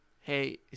Hey